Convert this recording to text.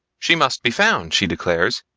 she must be found she declares,